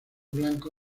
blanco